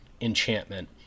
enchantment